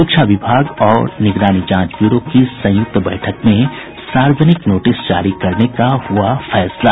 शिक्षा विभाग और निगरानी जांच ब्यूरो की संयुक्त बैठक में सार्वजनिक नोटिस जारी करने का हुआ फैसला